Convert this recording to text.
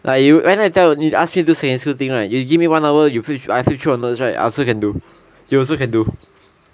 like you right now you tell me you need you ask me to do secondary school things right you give me one hour you flip I flip through your notes right I also can do you also can do